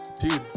dude